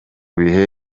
bihe